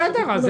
בסדר, זה